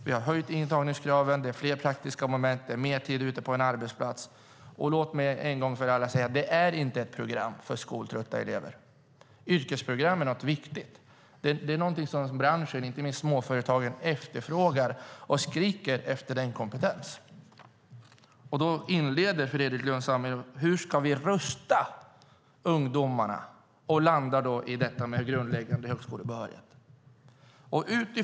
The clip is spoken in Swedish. Vi har höjt intagningskraven. Det är fler praktiska moment. Det är mer tid ute på en arbetsplats. Låt mig en gång för alla säga att det inte är ett program för skoltrötta elever. Yrkesprogram är någonting viktigt. Det är någonting som branschen och inte minst småföretagen efterfrågar. De skriker efter den kompetensen. Fredrik Lundh Sammeli inleder med att säga: Hur ska vi rusta ungdomarna, och han landar i grundläggande högskolebehörighet.